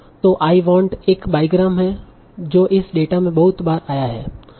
तों I want एक bigram है जो इस डेटा में बहुत बार आया है